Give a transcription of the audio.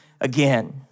again